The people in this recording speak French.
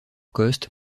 coste